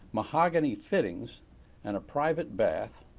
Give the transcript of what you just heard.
mahogany fittings and private bath,